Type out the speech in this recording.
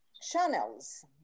channels